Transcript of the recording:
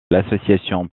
l’association